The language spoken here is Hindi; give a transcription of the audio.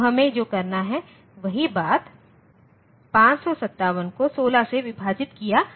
तो हमें जो करना है वही बात 557 को 16 से विभाजित किया गया है